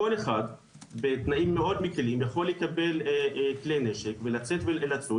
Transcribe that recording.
כל אחד בתנאים מאוד מקלים יכול לקבל כלי נשק ולצאת ולצוד,